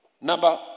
Number